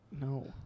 No